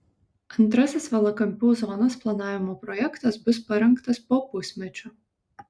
antrasis valakampių zonos planavimo projektas bus parengtas po pusmečio